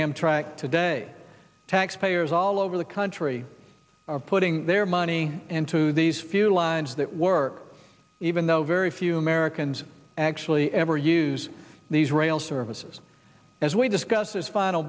amtrak today taxpayers all over the country are putting their money into these few lines that work even though very few americans actually ever use these rail services as we discuss this final